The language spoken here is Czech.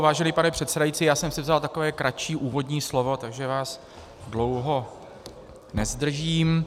Vážený pane předsedající, já jsem si vzal takové kratší úvodní slovo, takže vás dlouho nezdržím.